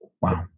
Wow